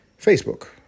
Facebook